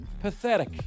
Pathetic